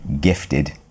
gifted